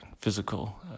physical